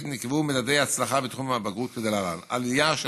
נקבעו מדדי הצלחה בתחום הבגרות כלהלן: עלייה של